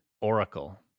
oracle